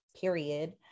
period